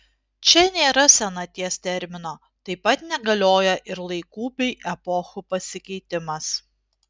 čia nėra senaties termino taip pat negalioja ir laikų bei epochų pasikeitimas